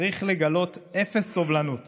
צריך לגלות אפס סובלנות